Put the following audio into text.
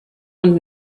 und